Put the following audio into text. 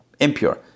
Impure